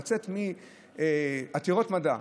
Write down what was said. לצאת מעתירות מדע,